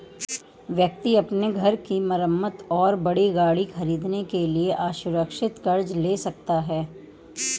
व्यक्ति अपने घर की मरम्मत और बड़ी गाड़ी खरीदने के लिए असुरक्षित कर्ज ले सकता है